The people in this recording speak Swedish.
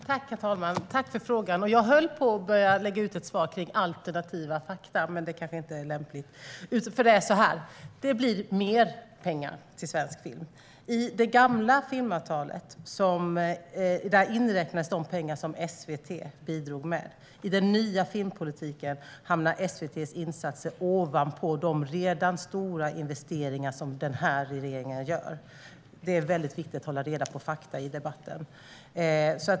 Herr talman! Tack för frågan, Cecilia Magnusson! Jag höll på att börja lägga ut ett svar som berörde alternativa fakta, men det kanske inte vore lämpligt. Det är så här: Det blir mer pengar till svensk film. I det gamla filmavtalet inräknades de pengar som SVT bidrog med. I den nya filmpolitiken hamnar SVT:s insatser i stället ovanpå de redan stora investeringar som denna regering gör. Det är väldigt viktigt att hålla reda på fakta i debatten.